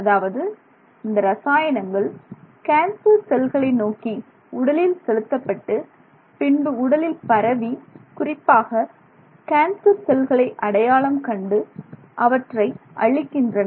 அதாவது இந்த ரசாயனங்கள் கேன்சர் செல்களை நோக்கி உடலில் செலுத்தப்பட்டு பின்பு உடலில் பரவி குறிப்பாக கேன்சர் செல்களை அடையாளம் கண்டு அவற்றை அழிக்கின்றன